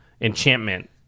enchantment